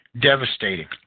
devastating